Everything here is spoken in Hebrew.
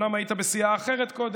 אומנם היית בסיעה אחרת קודם,